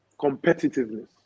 competitiveness